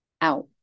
Out